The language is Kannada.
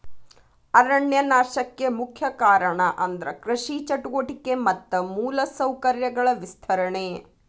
ಅರಣ್ಯ ನಾಶಕ್ಕೆ ಮುಖ್ಯ ಕಾರಣ ಅಂದ್ರ ಕೃಷಿ ಚಟುವಟಿಕೆ ಮತ್ತ ಮೂಲ ಸೌಕರ್ಯಗಳ ವಿಸ್ತರಣೆ